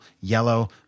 yellow